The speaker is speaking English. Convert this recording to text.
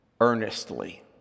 earnestly